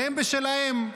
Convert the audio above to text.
והם בשלהם,